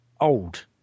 old